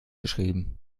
geschrieben